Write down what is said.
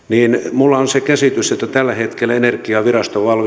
minulla on se käsitys että tällä hetkellä energiavirasto